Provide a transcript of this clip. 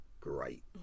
great